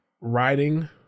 writing